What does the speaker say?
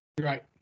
Right